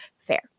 Fair